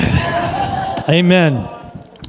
Amen